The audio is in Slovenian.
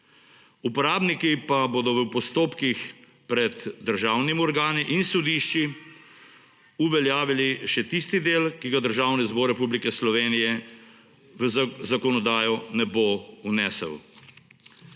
Uporabniki pa bodo v postopkih pred državnimi organi in sodišči uveljavili še tisti del, ki ga Državni zbor Republike Slovenije v zakonodajo ne bo vnesel.